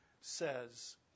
says